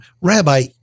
Rabbi